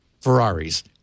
Ferraris